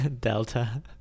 delta